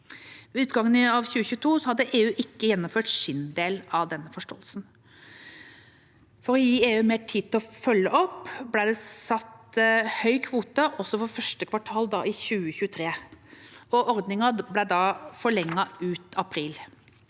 Ved utgangen av 2022 hadde ikke EU gjennomført sin del av forståelsen. For å gi EU mer tid til å følge opp ble det satt høy kvote også for første kvartal i 2023. Ordningen ble deretter forlenget ut april.